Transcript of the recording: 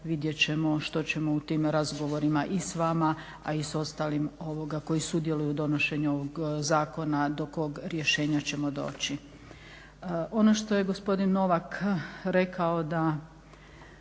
Vidjet ćemo što ćemo u tim razgovorima i s vama a i s ostalim koji sudjeluju u donošenju ovog zakona do kojeg rješenja ćemo doći. Ono što je gospodin Novak rekao da